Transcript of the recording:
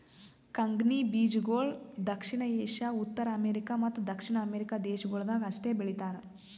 ಕಂಗ್ನಿ ಬೀಜಗೊಳ್ ದಕ್ಷಿಣ ಏಷ್ಯಾ, ಉತ್ತರ ಅಮೇರಿಕ ಮತ್ತ ದಕ್ಷಿಣ ಅಮೆರಿಕ ದೇಶಗೊಳ್ದಾಗ್ ಅಷ್ಟೆ ಬೆಳೀತಾರ